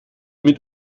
mit